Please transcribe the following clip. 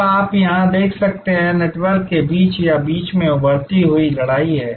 तो आप यहां देख सकते हैं नेटवर्क के बीच या बीच में एक उभरती हुई लड़ाई है